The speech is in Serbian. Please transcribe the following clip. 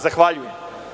Zahvaljujem.